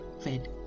fed